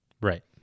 Right